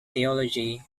theology